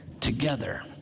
together